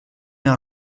mais